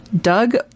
doug